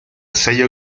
sello